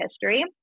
history